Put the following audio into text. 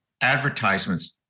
advertisements